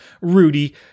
Rudy